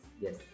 yes